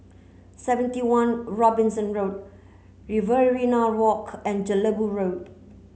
seventy one Robinson Road Riverina Walk and Jelebu Road